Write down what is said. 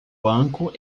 banco